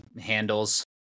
handles